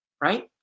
right